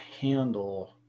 handle